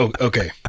okay